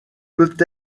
peut